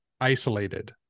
isolated